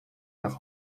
nach